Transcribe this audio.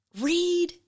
read